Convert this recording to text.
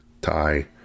tie